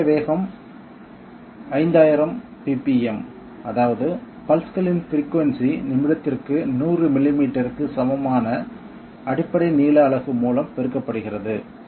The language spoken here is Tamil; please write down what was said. முந்தைய வேகம் 🡪 5000 ppm அதாவது பல்ஸ்களின் பிரிக்குயென்சி நிமிடத்திற்கு 100 மில்லிமீட்டருக்கு சமமான அடிப்படை நீள அலகு மூலம் பெருக்கப்படுகிறது